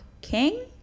king